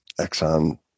Exxon